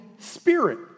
spirit